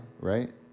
right